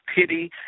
pity